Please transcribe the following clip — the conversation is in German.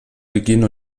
beginn